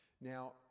Now